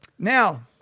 Now